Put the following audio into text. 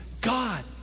God